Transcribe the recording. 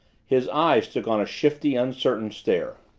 his eyes took on a shifty, uncertain stare